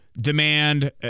demand